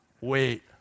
wait